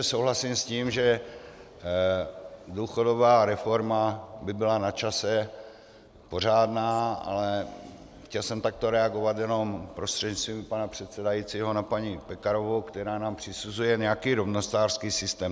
Souhlasím samozřejmě s tím, že důchodová reforma by byla načase pořádná, ale chtěl jsem takto reagovat jenom prostřednictvím pana předsedajícího na paní Pekarovou, která nám přisuzuje nějaký rovnostářský systém.